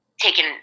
taken